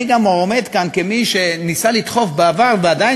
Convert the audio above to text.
אני גם עומד כאן כמי שניסה לדחוף בעבר ועדיין